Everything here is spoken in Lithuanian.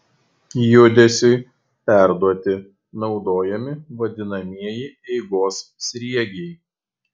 judesiui perduoti naudojami vadinamieji eigos sriegiai